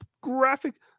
graphic